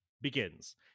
begins